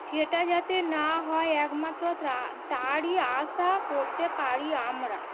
সেটা যাতে না হয় একমাত্র তারই আশা করতে পারি আমরা